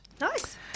Nice